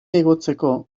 igotzeko